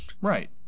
right